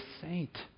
saint